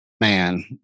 man